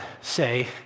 say